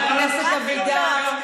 איפה טל גלבוע?